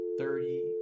thirty